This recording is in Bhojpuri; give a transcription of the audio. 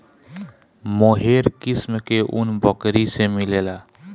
मोहेर किस्म के ऊन बकरी से मिलेला